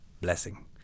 blessing